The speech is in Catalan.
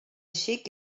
xic